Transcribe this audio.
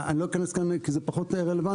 אני לא אכנס כאן כי זה פחות רלוונטי.